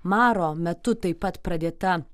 maro metu taip pat pradėta